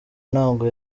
ntabwo